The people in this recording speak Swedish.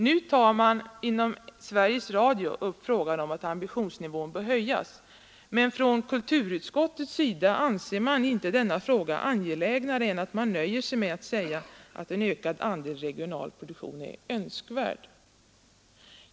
Nu tar Sveriges Radio upp frågan om att ambitionsnivån bör höjas, men kulturutskottet anser inte denna fråga vara av större vikt än att utskottet nöjer sig med att säga att en ökad andel regional produktion är önskvärd.